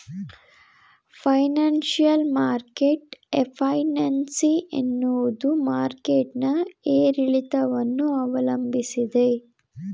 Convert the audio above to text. financial market efficiency ಎನ್ನುವುದು market ನ ಏರಿಳಿತವನ್ನು ಅವಲಂಬಿಸಿದೆ